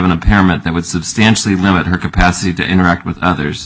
impairment that would substantially limit her capacity to interact with others